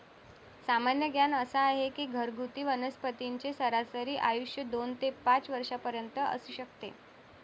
सामान्य ज्ञान असा आहे की घरगुती वनस्पतींचे सरासरी आयुष्य दोन ते पाच वर्षांपर्यंत असू शकते